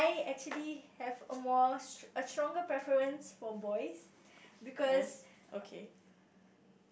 yes okay